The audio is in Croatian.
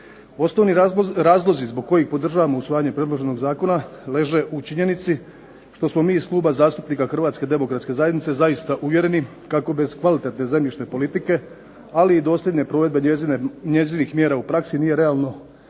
Osnovni razlozi zbog kojih podržavamo usvajanje predloženog zakona leže u činjenici što smo mi iz Kluba zastupnika Hrvatske demokratske zajednice zaista uvjereni kako bez kvalitetne zemljišne politike, ali i dosljedne provedbe njezinih mjera u praksi nije realno niti